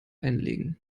einlegen